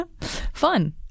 Fun